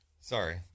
sorry